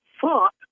thought